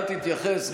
אל תתייחס.